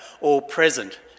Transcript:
all-present